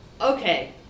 okay